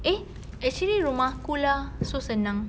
eh actually rumah aku lah it's so senang